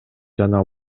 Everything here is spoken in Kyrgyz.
жана